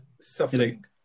suffering